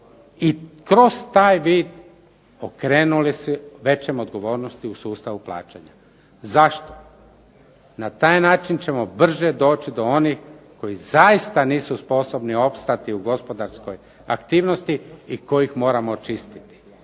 i kroz taj vid okrenuli se većoj odgovornosti u sustavu plaćanja. Zašto? Na taj način ćemo brže doći do onih koji zaista nisu sposobni opstati u gospodarskoj aktivnosti i kojih moramo čistiti.